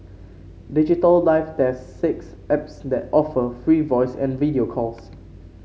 Digital Life tests six apps that offer free voice and video calls